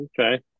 Okay